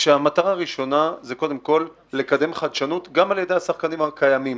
המטרה הראשונה היא קודם כל לקדם חדשנות גם על ידי השחקנים הקיימים.